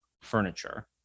furniture